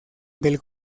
del